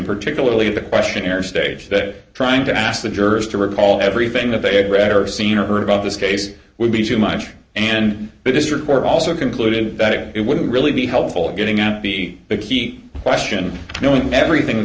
particularly the questionnaire states that trying to ask the jurors to recall everything that they had read or seen or heard about this case would be too much and the district court also concluded that it wouldn't really be helpful getting out to be the key question knowing everything th